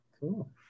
cool